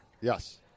Yes